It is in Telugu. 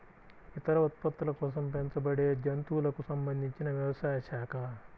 ఇతర ఉత్పత్తుల కోసం పెంచబడేజంతువులకు సంబంధించినవ్యవసాయ శాఖ